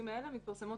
הוא לא נחמד,